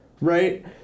Right